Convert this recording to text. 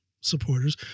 supporters